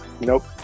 Nope